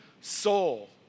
soul